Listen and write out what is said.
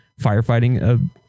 firefighting